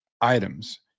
items